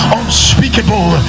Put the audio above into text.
unspeakable